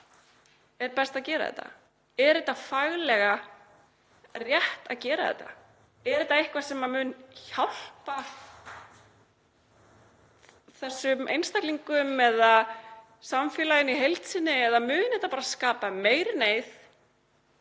er best að gera þetta. Er það faglega rétt að gera þetta? Er þetta eitthvað sem mun hjálpa þessum einstaklingum eða samfélaginu í heild sinni eða mun þetta skapa meiri neyð?